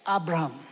Abraham